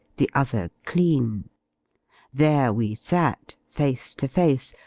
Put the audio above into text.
the other clean there we sat, face to face,